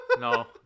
no